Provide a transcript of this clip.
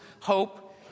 hope